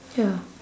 ya